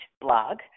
blog